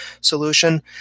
solution